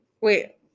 wait